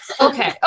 Okay